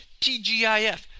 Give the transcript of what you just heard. TGIF